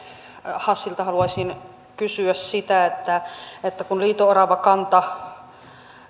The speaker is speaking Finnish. hassilta haluaisin kysyä siitä että kun liito oravakanta